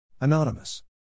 Anonymous